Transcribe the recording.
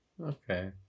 Okay